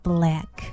Black